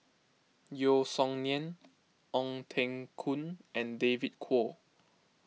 Yeo Song Nian Ong Teng Koon and David Kwo